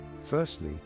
Firstly